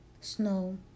snow